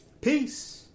Peace